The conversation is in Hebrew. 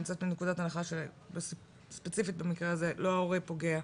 אני יוצאת מנקודת הנחה שספציפית במקרה הזה לא ההורה הוא הפוגע,